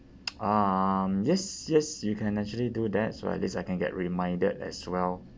um yes yes you can actually do that so at least I can get reminded as well